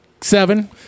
Seven